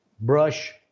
brush